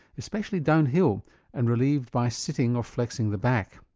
especially downhill and relieved by sitting or flexing the back.